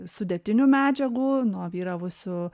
sudėtinių medžiagų nuo vyravusių